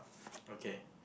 okay